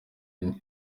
ine